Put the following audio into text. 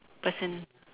person